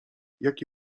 jaki